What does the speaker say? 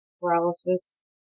paralysis